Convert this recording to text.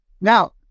Now